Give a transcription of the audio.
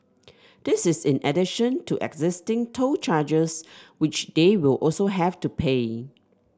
this is in addition to existing toll charges which they will also have to pay